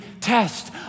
test